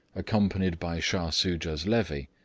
accompanied by shah soojah's levy,